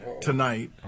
tonight